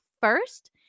first